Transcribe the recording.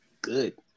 good